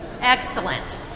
Excellent